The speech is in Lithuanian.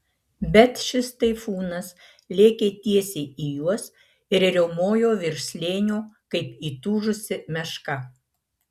bet šis taifūnas lėkė tiesiai į juos ir riaumojo virš slėnio kaip įtūžusi meška